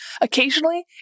Occasionally